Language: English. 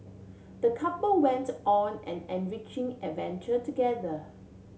the couple went on an enriching adventure together